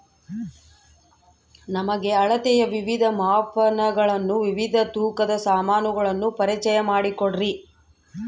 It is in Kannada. ನಮಗೆ ಅಳತೆಯ ವಿವಿಧ ಮಾಪನಗಳನ್ನು ವಿವಿಧ ತೂಕದ ಸಾಮಾನುಗಳನ್ನು ಪರಿಚಯ ಮಾಡಿಕೊಡ್ರಿ?